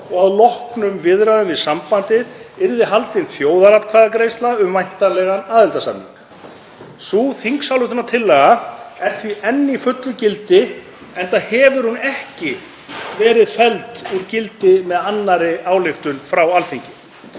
og að loknum viðræðum við sambandið yrði haldin þjóðaratkvæðagreiðsla um væntanlegan aðildarsamning. Sú þingsályktun er enn í fullu gildi enda hefur hún ekki verið felld úr gildi með annarri ályktun Alþingis.